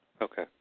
Okay